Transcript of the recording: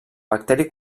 bacteri